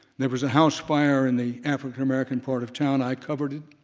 there was a house fire in the african american part of town, i covered it,